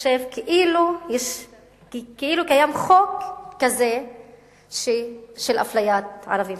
חושב כאילו קיים חוק כזה של אפליית ערבים,